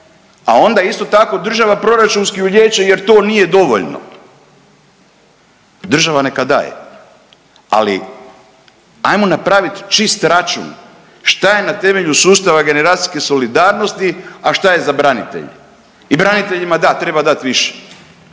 A onda isto tako država proračunski ulijeće jer to nije dovoljno. Država neka daje, ali hajmo napraviti čisti račun što je na temelju sustava generacijske solidarnosti, a što je za branitelje i braniteljima da treba dati više.